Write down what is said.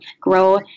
grow